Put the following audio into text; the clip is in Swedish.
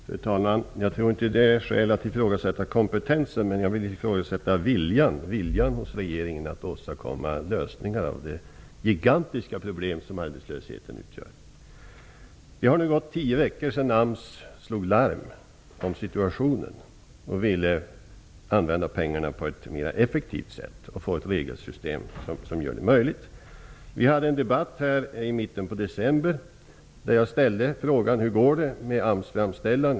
Fru talman! Jag tror inte att det finns skäl att ifrågasätta kompetensen. Jag vill ifrågasätta viljan hos regeringen att åstadkomma lösningar på det gigantiska problem som arbetslösheten utgör. Det har nu gått tio veckor sedan AMS slog larm om situationen och ville använda pengarna på ett mer effektivt sätt och få ett regelsystem som gör detta möjligt. Vi hade en debatt här i mitten av december då jag ställde frågan om hur det går med AMS framställan.